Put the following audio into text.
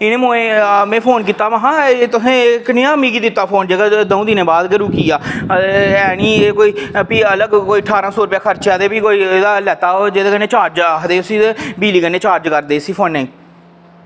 इनें मोयें फोन कीता महां मिगी कनेहा दित्ता फोन तुसें दंऊ दिनें दे बाद गै रुक्की गेआ ते ऐ निं कोई भी अलग ठारां सौ रपेआ खर्चेआ ते भी ओह् लैता जिसी चार्जर आखदे उसी बिजली कन्नै चार्ज करदे इसी फोनै ई